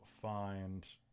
find